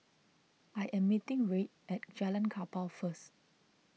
I am meeting Reid at Jalan Kapal first